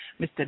Mr